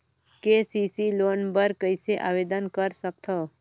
KCC loan बर कइसे आवेदन कर सकथव?